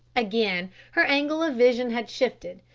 again her angle of vision had shifted,